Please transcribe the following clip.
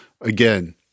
Again